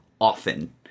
often